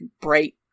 bright